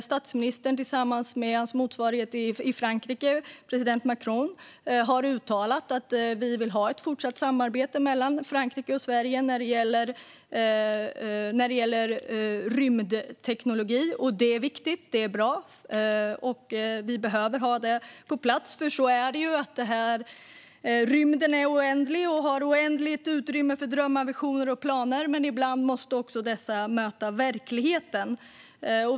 Statsministern har tillsammans med sin motsvarighet i Frankrike, president Macron, uttalat att vi vill ha ett fortsatt samarbete mellan Frankrike och Sverige när det gäller rymdteknologi. Det är viktigt och bra. Vi behöver ha det på plats. Rymden är oändlig och har oändligt utrymme för drömmar, visioner och planer, men ibland måste också dessa möta verkligheten.